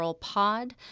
Pod